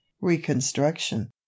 reconstruction